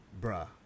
bruh